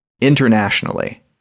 internationally